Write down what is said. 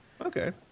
Okay